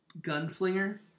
gunslinger